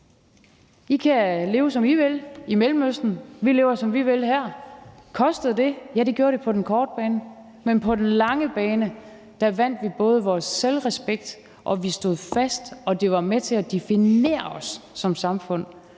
I kan leve, som I vil i Mellemøsten; vi lever, som vi vil her. Kostede det? Ja, det gjorde det på den korte bane, men på den lange bane vandt vi vores selvrespekt. Vi stod fast, og det var med til at definere os som samfund.